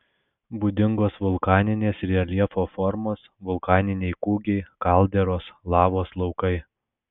būdingos vulkaninės reljefo formos vulkaniniai kūgiai kalderos lavos laukai